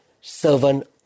servant